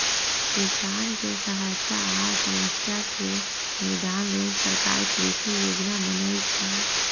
किसानके सहायता आ समस्या से निदान लेल सरकार कृषि योजना बनय छइ